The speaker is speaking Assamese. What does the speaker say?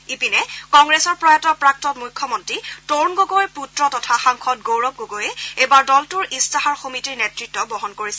ইপিনে কংগ্ৰেছৰ প্ৰয়াত প্ৰাক্তন মুখ্যমন্ত্ৰী তৰুণ গগৈৰ পুত্ৰ তথা সাংসদ গৌৰৱ গগৈয়ে এইবাৰ দলটোৰ ইস্তাহাৰ সমিতিৰ নেতৃত্ব বহন কৰিছে